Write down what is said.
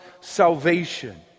salvation